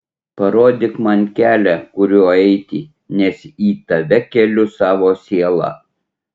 parodyk man kelią kuriuo eiti nes į tave keliu savo sielą